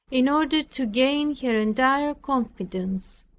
in order to gain her entire confidence,